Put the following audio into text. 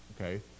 Okay